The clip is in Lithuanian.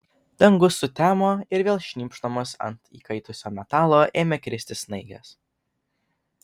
dangus sutemo ir vėl šnypšdamos ant įkaitusio metalo ėmė kristi snaigės